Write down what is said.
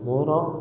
ମୋର